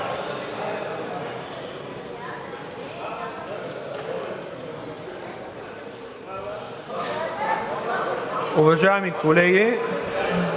Уважаеми колеги,